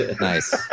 Nice